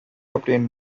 obtained